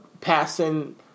passing